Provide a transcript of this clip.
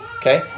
Okay